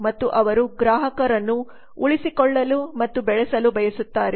ಮತ್ತು ಅವರು ಗ್ರಾಹಕರನ್ನು ಉಳಿಸಿಕೊಳ್ಳಲು ಮತ್ತು ಬೆಳೆಯಲು ಬಯಸುತ್ತಾರೆ